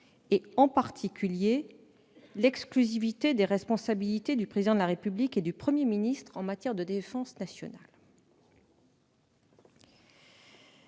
et, en particulier, l'exclusivité des responsabilités du Président de la République et du Premier ministre en matière de défense nationale.